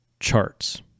Charts